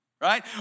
Right